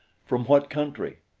from what country?